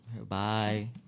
Bye